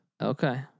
Okay